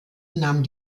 nahm